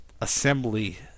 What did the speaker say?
assembly